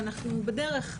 ואנחנו בדרך,